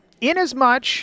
Inasmuch